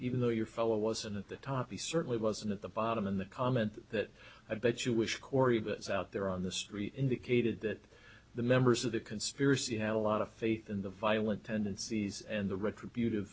even though your fella wasn't at the top he certainly wasn't at the bottom in the comment that i bet you wish corey butts out there on the street indicated that the members of the conspiracy had a lot of faith in the violent tendencies and the retribution